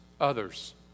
others